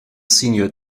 senior